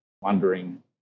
wondering